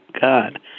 God